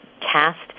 cast